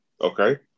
Okay